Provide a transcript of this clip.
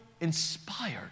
inspired